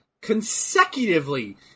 consecutively